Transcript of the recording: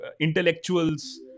intellectuals